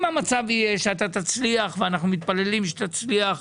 אם המצב יהיה שאתה תצליח, ואנחנו מתפללים שתצליח,